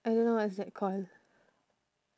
I don't know what's that called